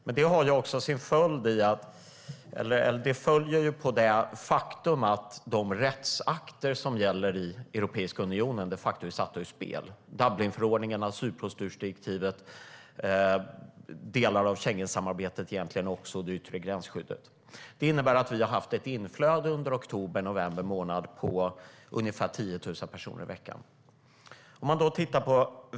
Men det följer av det faktum att de rättsakter som gäller i Europeiska unionen de facto är satta ur spel: Dublinförordningen, asylprocedursdirektivet, egentligen också delar av Schengensamarbetet och det yttre gränsskyddet. Det innebär att vi har haft ett inflöde under oktober och november på ungefär 10 000 personer i veckan.